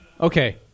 Okay